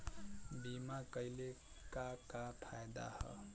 बीमा कइले का का फायदा ह?